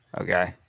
Okay